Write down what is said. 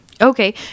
okay